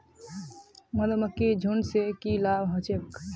मधुमक्खीर झुंड स की लाभ ह छेक